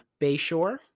Bayshore